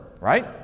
right